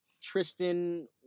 Tristan